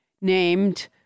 named